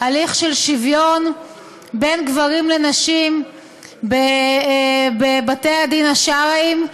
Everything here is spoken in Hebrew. הליך של שוויון בין גברים לנשים בבתי-הדין השרעיים,